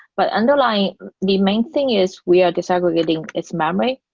but and like the main thing is we are disaggregating its memory.